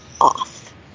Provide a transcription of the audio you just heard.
off